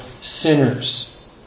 sinners